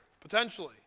potentially